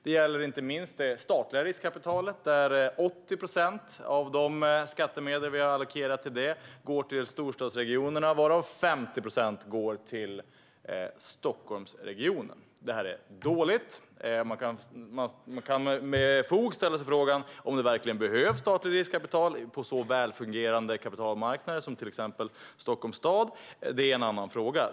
Det gäller inte minst det statliga riskkapitalet, där 80 procent av de skattemedel som vi har allokerat till detta går till storstadsregionerna varav 50 procent går till Stockholmsregionen. Detta är dåligt. Man kan med fog ställa frågan om det verkligen behövs statligt riskkapital på så välfungerande kapitalmarknader som till exempel Stockholms stad. Det är en annan fråga.